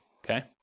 okay